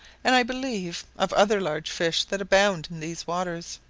and, i believe, of other large fish that abound in these waters.